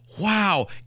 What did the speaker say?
Wow